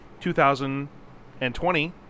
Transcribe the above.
2020